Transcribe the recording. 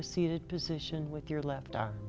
a seated position with your left arm